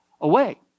away